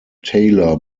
taylor